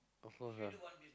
offer her